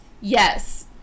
Yes